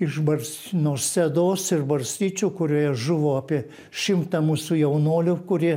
iš bars nuo sėdos ir barstyčių kurioje žuvo apie šimtą mūsų jaunuolių kurie